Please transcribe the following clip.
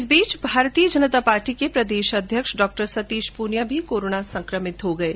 इस बीच भारतीय जनता पार्टी के प्रदेश अध्यक्ष डॉ सतीश प्रनिया भी कोरोना संक्रमित हो गये है